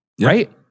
Right